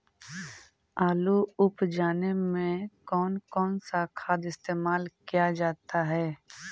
आलू उप जाने में कौन कौन सा खाद इस्तेमाल क्या जाता है?